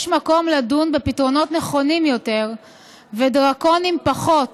יש מקום לדון בפתרונות נכונים יותר ודרקוניים פחות